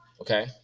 Okay